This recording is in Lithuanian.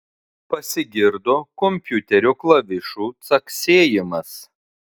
pasigirdo kompiuterio klavišų caksėjimas